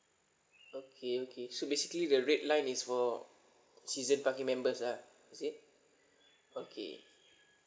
okay okay so basically the red line is for season parking members ah is it okay